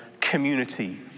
community